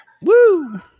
Woo